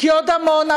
כי עוד עמונה,